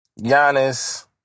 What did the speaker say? Giannis